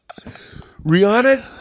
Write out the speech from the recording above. Rihanna